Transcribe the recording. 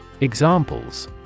Examples